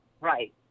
right